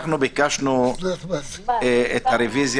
ביקשנו את הרוויזיה,